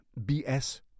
BS